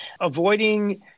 Avoiding